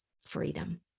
freedom